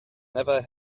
never